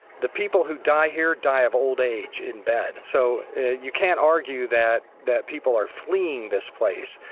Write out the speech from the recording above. the people who die here die of old age in bed. so you can't argue that that people are fleeing this place.